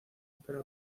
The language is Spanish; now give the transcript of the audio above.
pero